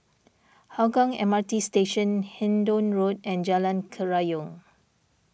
Hougang M R T Station Hendon Road and Jalan Kerayong